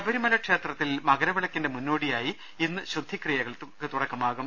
ശബരിമല ക്ഷേത്രത്തിൽ മകരവിളക്കിന്റെ മുന്നോടിയായി ഇന്ന് ശുദ്ധിക്രിയകൾക്ക് തുടക്കമാകും